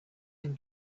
him